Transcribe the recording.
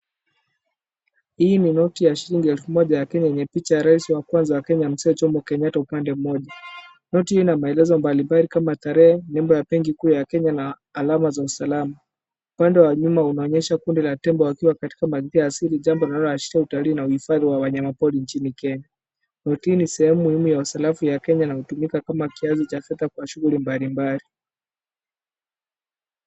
Hii ni noti ya shillingi elfu moja ya Kenya yenye picha ya rais wa kwanza wa Kenya Mzee Jomo Kenyatta upande mmoja. Noti hii ina maelezo mbalimbali kama tarehe, nembo ya benki kuu ya Kenya na alama za usalama, upande wa nyuma unaonyesha kundi la tembo wakiwa katika mazingira asili, jambo linaloashiria utalii na uhifadhi wa nyama pori nchini Kenya. Noti hii ni sehemu muhimu ya sarafu ya Kenya na hutumika kama kiasi cha fedha kwa shughuli mbalimbali.